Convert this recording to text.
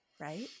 Right